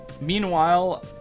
meanwhile